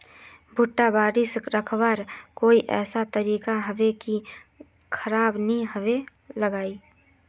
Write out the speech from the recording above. भुट्टा बारित रखवार कोई ऐसा तरीका होबे की खराब नि होबे लगाई?